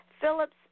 Phillips